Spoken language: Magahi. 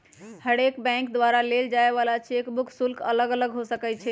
हरेक बैंक द्वारा लेल जाय वला चेक बुक शुल्क अलग अलग हो सकइ छै